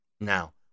Now